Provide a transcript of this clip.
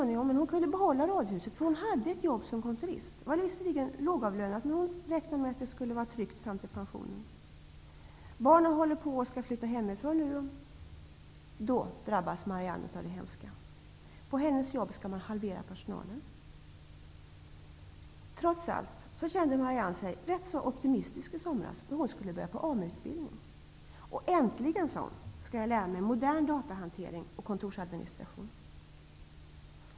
Men Marianne kunde behålla radhuset, för hon hade ett jobb som kontorist. Jobbet var visserligen lågavlönat, men hon räknade med att det skulle vara tryggt fram till pensionen. Barnen håller på att flytta hemifrån. Det är nu som Marianne drabbas av det hemska. På hennes jobb skall man nämligen halvera personalen. Trots allt kände sig Marianne rätt så optimistisk i somras, när hon skulle börja på en AMU-utbildning. Äntligen, sade hon, skall jag lära mig modern datahantering och kontorsadministration.